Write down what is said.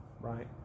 Right